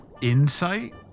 insight